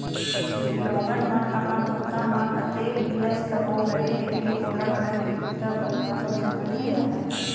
लोगन मन अपन बूता म अतेक बियस्त हो गय हें के ओला घर के बूता बर घलौ समे नइ रहय